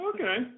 Okay